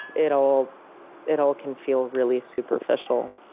it all it all can feel really superficial.